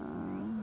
हँ